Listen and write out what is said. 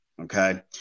okay